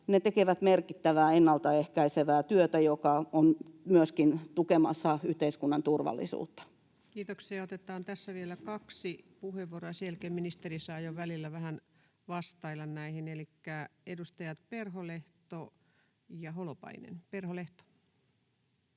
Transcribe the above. ne tekevät merkittävää ennaltaehkäisevää työtä, joka on myöskin tukemassa yhteiskunnan turvallisuutta. Kiitoksia. — Otetaan tässä vielä kaksi puheenvuoroa, ja sen jälkeen ministeri saa jo välillä vähän vastailla näihin. Elikkä edustajat Perholehto ja Holopainen. — Perholehto.